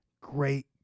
Great